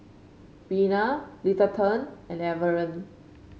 Reyna Littleton and Everett